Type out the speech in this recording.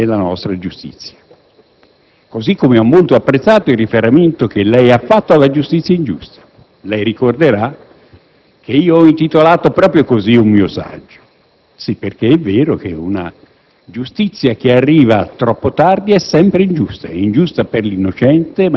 il passaggio della sua relazione con cui praticamente chiede ai senatori di manifestare le proprie convinzioni per migliorare il suo programma